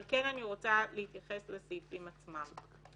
אני כן רוצה להתייחס לסעיפים עצמם.